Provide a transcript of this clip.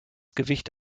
gewicht